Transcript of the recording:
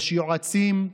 יש יועצים,